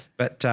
but yeah,